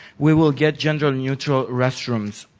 we will get gender-neutral restrooms.